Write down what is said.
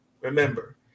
Remember